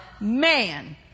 man